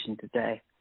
today